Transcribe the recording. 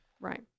Right